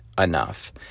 enough